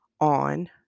on